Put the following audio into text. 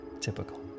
Typical